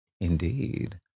Indeed